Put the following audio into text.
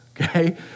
okay